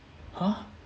!huh!